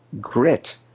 grit